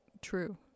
true